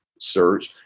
search